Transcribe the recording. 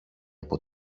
από